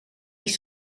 niet